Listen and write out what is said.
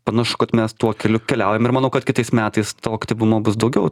panašu kad mes tuo keliu keliaujam ir manau kad kitais metais to aktyvumo bus daugiau